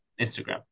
Instagram